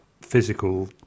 physical